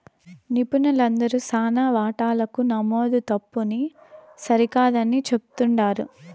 నిపుణులందరూ శానా వాటాలకు నమోదు తప్పుని సరికాదని చెప్తుండారు